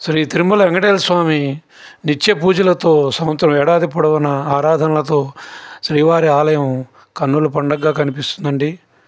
శ్రీ తిరుమల వెంకటేశ్వర స్వామి నిత్య పూజలతో సంవత్సరం ఏడాది పొడవునా ఆరాధనలతో శ్రీవారి ఆలయము కన్నుల పండుగగా కనిపిస్తుంది అండి